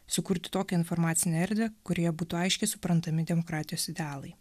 sukurti tokią informacinę erdvę kurioje būtų aiškiai suprantami demokratijos idealai